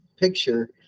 picture